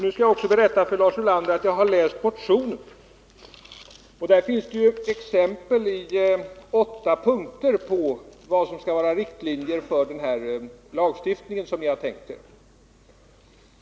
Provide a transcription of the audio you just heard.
Nu skall jag också berätta för Lars Ulander att jag har läst motionen. Där ges det i åtta punkter exempel på vad som skall vara riktlinjer för den lagstiftning som ni har tänkt er.